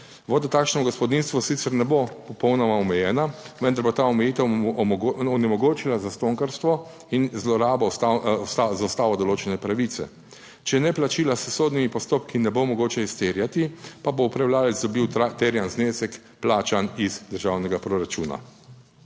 Voda takšne gospodinjstvu sicer ne bo popolnoma omejena, vendar bo ta omejitev onemogočila zastonjkarstvo in zlorabo z Ustavo določene pravice. Če ne plačila s sodnimi postopki ne bo mogoče izterjati, pa bo upravljavec dobil terjan znesek, plačan iz državnega proračuna.